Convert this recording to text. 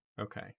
Okay